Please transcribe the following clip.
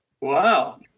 Wow